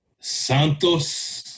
Santos